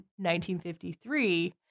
1953